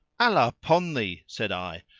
allah upon thee, said i,